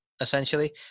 essentially